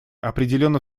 определенно